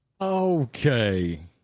Okay